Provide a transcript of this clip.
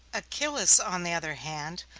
achillas, on the other hand,